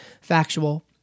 factual